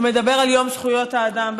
שמדבר על יום זכויות האדם.